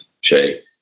Shay